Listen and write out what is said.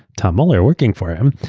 tom mueller, working for him.